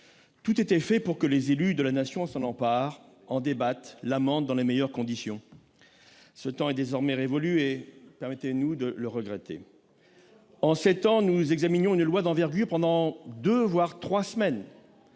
tout était fait pour que les élus de la Nation s'en emparent, en débattent et l'amendent dans les meilleures conditions. Ce temps est désormais révolu ; permettez-nous de le regretter. En ce temps, nous examinions une loi d'envergure pendant deux, voire trois semaines.